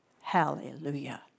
Hallelujah